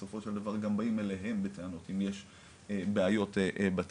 בסופו של דבר גם באים אליהם בטענות אם יש בעיות בתאגיד.